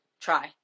try